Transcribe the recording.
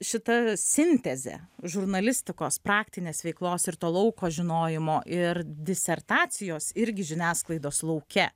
šita sintezė žurnalistikos praktinės veiklos ir to lauko žinojimo ir disertacijos irgi žiniasklaidos lauke